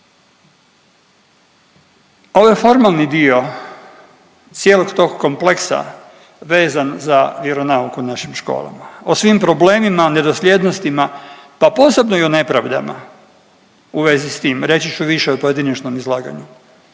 Ovaj formalni dio cijelog tog kompleksa vezan za vjeronauk u našim školama, o svim problemima nedosljednostima, pa posebno i u nepravdama u vezi s tim, reći ću više u pojedinačnom izlaganju,